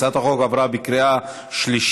הצעת החוק עברה בקריאה שלישית,